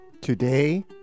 Today